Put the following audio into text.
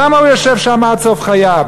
למה הוא יושב שם עד סוף חייו?